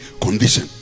condition